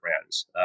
brands